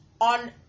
on